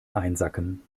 einsacken